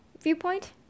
viewpoint